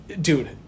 Dude